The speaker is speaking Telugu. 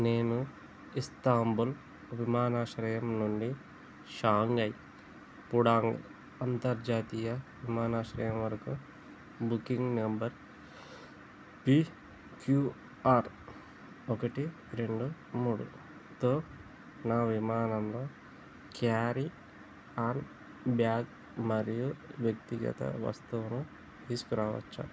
నేను ఇస్తాంబుల్ విమానాశ్రయం నుండి షాంఘై పుడాంగ్ అంతర్జాతీయ విమానాశ్రయం వరకు బుకింగ్ నెంబర్ పిక్యూఆర్ ఒకటి రెండు మూడుతో నా విమానంలో క్యారీ ఆన్ బ్యాగ్ మరియు వ్యక్తిగత వస్తువును తీసుకురావచ్చా